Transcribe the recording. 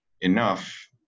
enough